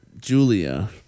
Julia